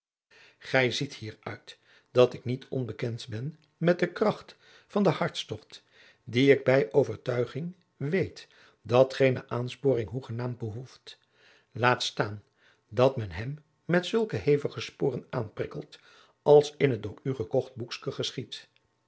gij ziet hieruit dat ik niet onbekend ben met de kracht van dezen hartstogt die ik bij overtuiging weet dat geene aansporing hoegenaamd behoeft laatstaan dat men hem met zulke hevige sporen aanprikkelt als in het door u gekocht boekske geschiedt